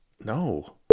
No